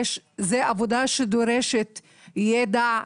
זה עבודה שדורשת ידע,